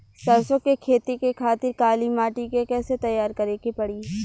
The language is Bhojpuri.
सरसो के खेती के खातिर काली माटी के कैसे तैयार करे के पड़ी?